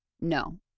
No